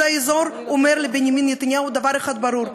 אז האזור אומר לבנימין נתניהו דבר אחד ברור: